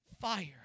Fire